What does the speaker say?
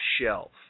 shelf